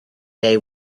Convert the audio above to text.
day